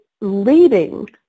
leading